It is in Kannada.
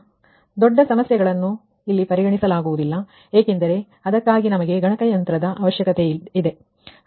ನಾವು ದೊಡ್ಡ ಸಮಸ್ಯೆಗಳನ್ನು ಪರಿಗಣಿಸಲಾಗುವುದಿಲ್ಲ ಏಕೆಂದರೆ ಅದಕ್ಕಾಗಿ ನಮಗೆ ಗಣಕಯಂತ್ರದ ಅವಶ್ಯಕತೆಯಿದೆ